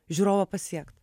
žiūrovą pasiekt